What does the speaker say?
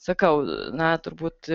sakau na turbūt